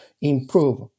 improve